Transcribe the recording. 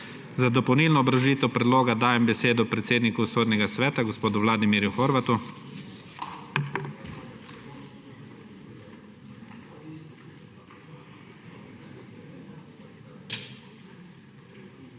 Za dopolnilno obrazložitev predloga dajem besedo predsedniku Sodnega sveta gospodu Vladimirju Horvatu.